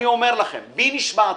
אני אומר לכם, בי נשבעתי,